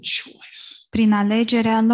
choice